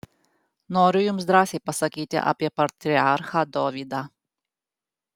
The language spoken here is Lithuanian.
noriu jums drąsiai pasakyti apie patriarchą dovydą